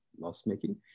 loss-making